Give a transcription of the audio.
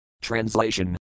Translation